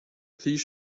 please